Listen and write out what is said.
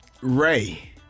Ray